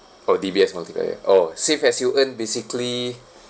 for D_B_S multiplier orh save as you earn basically